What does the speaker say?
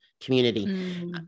community